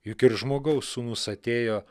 juk ir žmogaus sūnus atėjo